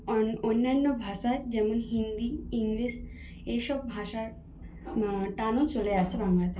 অন্যান্য ভাষা যেমন হিন্দি ইংলিশ এইসব ভাষার টানও চলে আসে বাংলাতে